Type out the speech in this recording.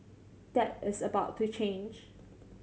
that is about to change